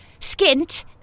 skint